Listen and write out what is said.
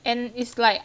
and it's like